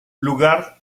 lugar